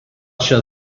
show